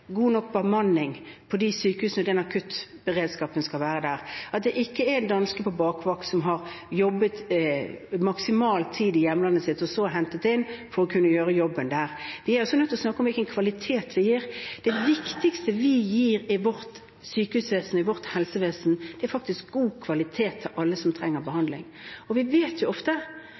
god nok bemanning på sykehusene og akuttberedskapen som skal være der – at det ikke er en danske på bakvakt som har jobbet maksimal tid i hjemlandet sitt og så er hentet inn for å kunne gjøre jobben der. Vi er også nødt til å snakke om hvilken kvalitet vi gir. Det viktigste vi gir i vårt sykehusvesen, i vårt helsevesen, er faktisk god kvalitet til alle som trenger